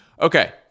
Okay